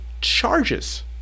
charges